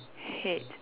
head